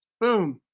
boom.